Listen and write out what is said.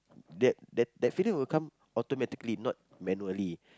that that that feeling will come automatically not manually